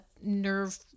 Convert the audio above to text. nerve